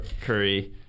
Curry